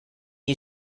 you